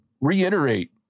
Reiterate